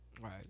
Right